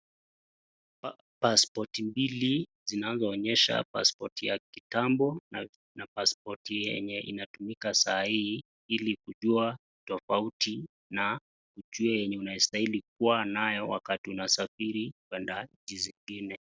Pasipoti mbili zinazoonyesha pasipoti ya kitambo na pasipoti yenye inatumika saa hii ili kujua tofauti na ujue yenye unastahili kuwa nayo wakati unasafiri kwenda nchi zingine.